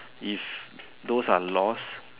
if those are lost